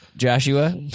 joshua